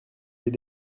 j’ai